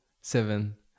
Seven